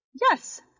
Yes